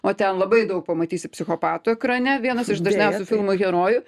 o ten labai daug pamatysi psichopatų ekrane vienas iš dažniausių filmų herojų